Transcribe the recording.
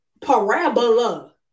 Parabola